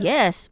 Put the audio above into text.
Yes